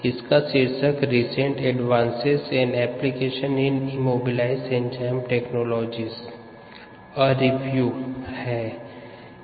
इसका शीर्षक recent advances and application in immobilization enzyme technologies a review recent advances and applications in immobilization enzyme technologies a review है